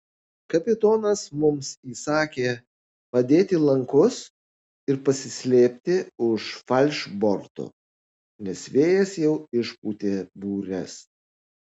kapitonas mums įsakė padėti lankus ir pasislėpti už falšborto nes vėjas jau išpūtė bures